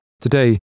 today